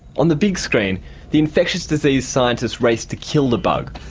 on the big screen the infectious disease scientists race to kill the bug,